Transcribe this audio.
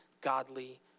godly